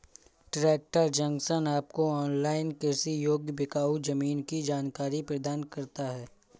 tractor Junction आपको online कृषि योग्य बिकाऊ जमीन की जानकारी प्रदान करता है